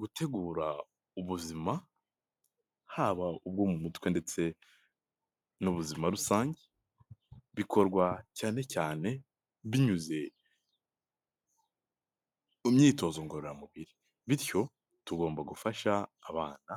Gutegura ubuzima, haba ubwo mu mutwe ndetse n'ubuzima rusange ,bikorwa cyane cyane binyuze mu myitozo ngororamubiri, bityo tugomba gufasha abana,